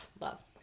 love